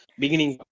beginning